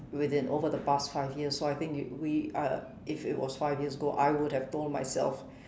within over the past five years so I think we I if it was five years ago I would've told myself